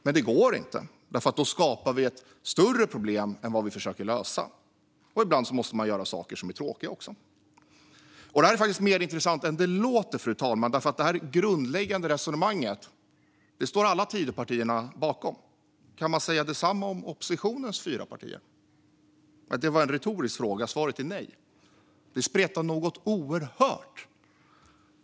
Men det går inte, för då skapar vi ett större problem än det vi försöker lösa. Ibland måste man också göra saker som är tråkiga. Det är faktiskt mer intressant än vad det låter, fru talman, därför att alla Tidöpartier står bakom detta grundläggande resonemang. Kan detsamma sägas om oppositionens fyra partier? Det var en retorisk fråga. Svaret är nej; det spretar något oerhört.